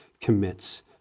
commits